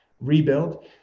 rebuild